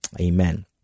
Amen